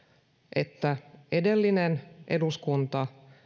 että edellinen eduskunta